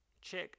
check